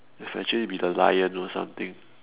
will actually be the lion or something